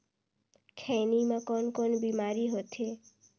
खैनी म कौन कौन बीमारी होथे?